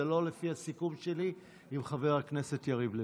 זה לא לפי הסיכום שלי עם חבר הכנסת יריב לוין.